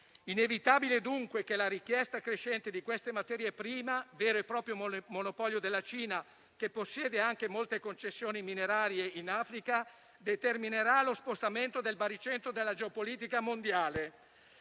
inevitabile, dunque, che la richiesta crescente di queste materie prime, vero e proprio monopolio della Cina, che possiede anche molte concessioni minerarie in Africa, determinerà lo spostamento del baricentro della geopolitica mondiale.